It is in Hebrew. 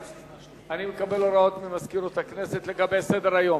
אני מקבל הוראות ממזכירות הכנסת לגבי סדר-היום.